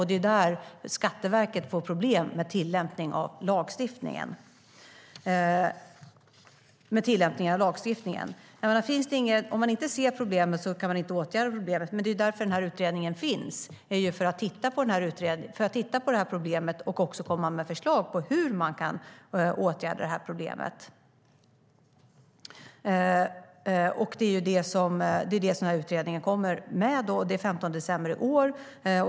Det är där Skatteverket får problem med tillämpningen av lagstiftningen. Om man inte ser problemet kan man inte åtgärda problemet. Men det är därför denna utredning finns, alltså för att titta på detta problem och komma med förslag på hur man kan åtgärda det. Det är det som utredningen ska komma med den 15 december i år.